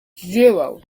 zero